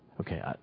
Okay